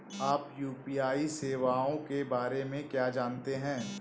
आप यू.पी.आई सेवाओं के बारे में क्या जानते हैं?